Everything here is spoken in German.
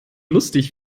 lustig